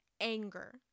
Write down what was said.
anger